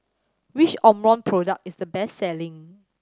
which Omron product is the best selling